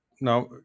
now